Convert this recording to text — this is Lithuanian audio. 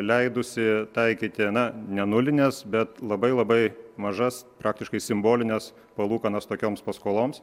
leidusi taikyti na ne nulines bet labai labai mažas praktiškai simbolines palūkanas tokioms paskoloms